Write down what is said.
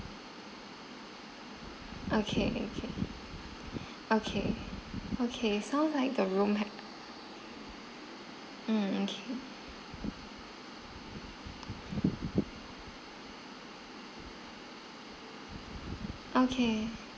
okay okay okay okay sounds like the room h~ mm okay